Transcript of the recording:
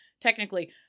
technically